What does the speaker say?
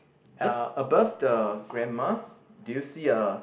uh above the grandma do you see a